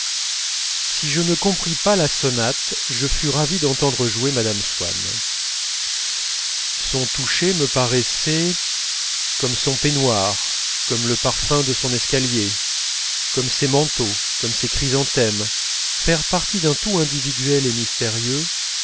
si je ne compris pas la sonate je fus ravi d'entendre jouer mme swann son toucher me paraissait comme son peignoir comme le parfum de son escalier comme ses manteaux comme ses chrysanthèmes faire partie d'un tout individuel et mystérieux